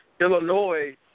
Illinois